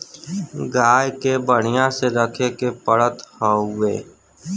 गाय के बढ़िया से रखे के पड़त हउवे